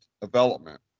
Development